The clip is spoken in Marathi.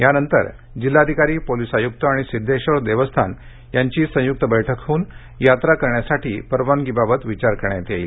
त्यानंतर जिल्हाधिकारी पोलिस आयुक्त आणि सिद्धेश्वर देवस्थान यांची संयुक्त बैठक होऊन यात्रा करण्यास परवानगी देण्यात येणार आहे